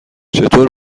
چطور